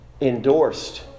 endorsed